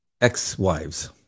ex-wives